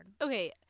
Okay